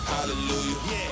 Hallelujah